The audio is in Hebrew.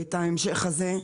את ההמשך הזה.